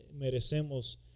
merecemos